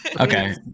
Okay